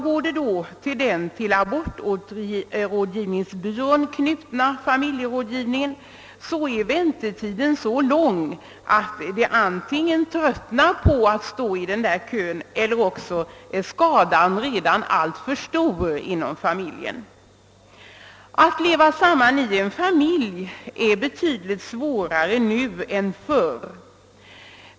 Hos den till abortrådgivningsbyrån knutna familjerådgivningen är väntetiden så lång, att de antingen tröttnar på att stå i denna kö eller också kanske skadan redan är alltför stor inom familjen. Att leva samman i en familj är betydligt svårare nu än förr.